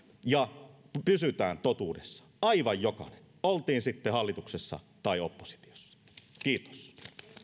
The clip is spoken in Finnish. ja pysytään totuudessa aivan jokainen oltiin sitten hallituksessa tai oppositiossa